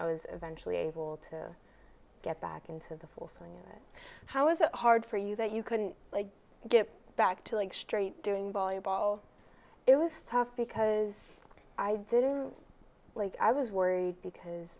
i was eventually able to get back into the full swing unit how is it hard for you that you couldn't get back to like straight doing volleyball it was tough because i didn't like i was worried because